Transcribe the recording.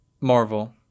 marvel